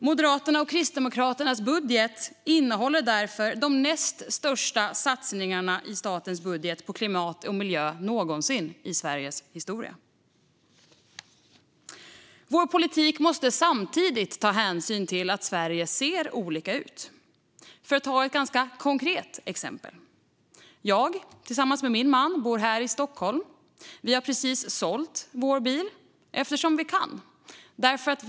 Moderaternas och Kristdemokraternas budget innehåller därför de näst största satsningarna i statens budget på klimat och miljö någonsin i Sveriges historia. Vår politik måste samtidigt ta hänsyn till att Sverige ser olika ut. Jag ska ta upp ett konkret exempel. Jag och min man bor i Stockholm. Vi har precis sålt vår bil eftersom vi kan göra det.